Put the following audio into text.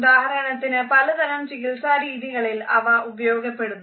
ഉദാഹരണത്തിന് പലതരം ചികിത്സാ രീതികളിൽ അവ ഉപയോഗപ്പെടുന്നു